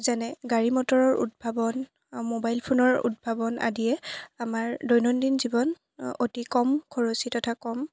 যেনে গাড়ী মটৰৰ উদ্ভাৱন মোবাইল ফোনৰ উদ্ভাৱন আদিয়ে আমাৰ দৈনন্দিন জীৱন অতি কম খৰচী তথা কম